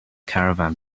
caravan